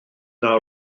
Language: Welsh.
yna